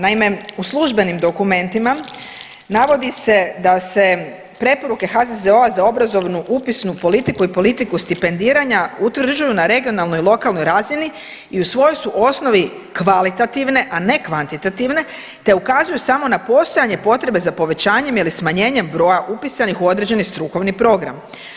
Naime, u službenim dokumentima navodi se da se preporuke HZZO-a za obrazovnu upisnu politiku i politiku stipendiranja utvrđuju na regionalnoj i lokalnoj razni i u svojoj su osnovi kvalitativne, a ne kvanitativne te ukazuju samo na postojanje potrebe za povećanjem ili smanjenjem broja upisanih u određeni strukovni program.